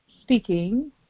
speaking